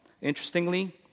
interestingly